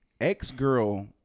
Ex-girl